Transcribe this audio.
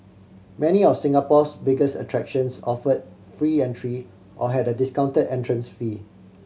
many of Singapore's biggest attractions offer free entry or had a discounted entrance fee